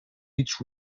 each